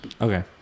Okay